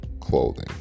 clothing